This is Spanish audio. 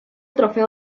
trofeo